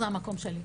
זה המקום שלי.